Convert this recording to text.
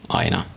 aina